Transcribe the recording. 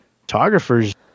photographers